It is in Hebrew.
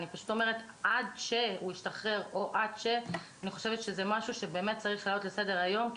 אני פשוט אומרת שעד שהוא ישתחרר זה משהו שצריך לעלות לסדר היום.